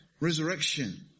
resurrection